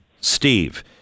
Steve